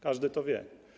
Każdy to wie.